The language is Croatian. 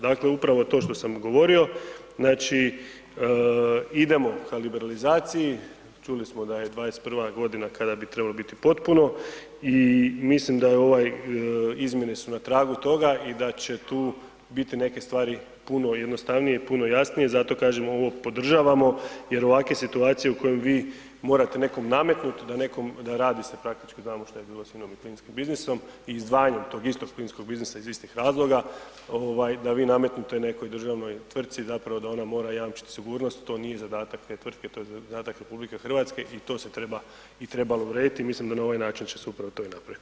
Dakle, upravo to što sam govorio, znači idemo ka liberalizaciji, čuli smo da je 2021. g. kada bi trebalo biti potpuno i mislim da ove izmjene su na tragu toga i da će tu biti neke stvari puno jednostavnije i puno jasnije, zato kažem ovo podržavamo jer ovakve situacije u kojima vi morate nekome nametnuti da radi se praktički, znamo šta je bilo sa INA-om i plinskim biznisom i izdvajanje tog istog plinskog biznisa iz istih razloga, da vi nametnete nekoj državnoj tvrtci zapravo da ona mora jamčiti sigurnost, to nije zadatak te tvrtke, to je zadatak RH i to se treba i trebalo urediti, mislim da na ovaj način će se upravo i to napraviti.